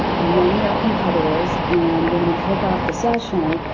many are competitors. and when we kick off the session